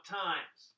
times